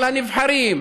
על הנבחרים,